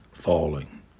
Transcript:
falling